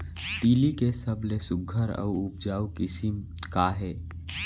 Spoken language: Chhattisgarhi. तिलि के सबले सुघ्घर अऊ उपजाऊ किसिम का हे?